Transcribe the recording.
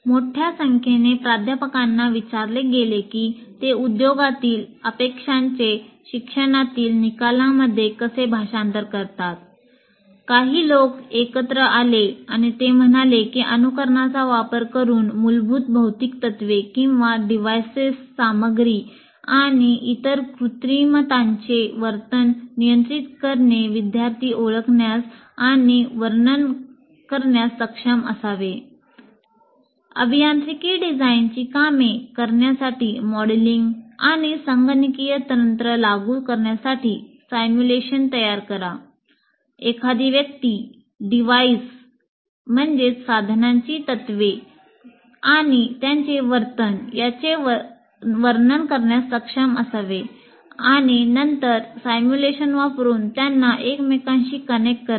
मोठ्या संख्येने प्राध्यापकांना विचारले गेले की ते उद्योगातील अपेक्षांचे शिक्षणातील निकालांमध्ये कसे भाषांतर करतात अभियांत्रिकी डिझाइनची कामे करण्यासाठी मॉडेलिंग आणि संगणकीय तंत्र लागू करण्यासाठी सिम्युलेशन तयार करा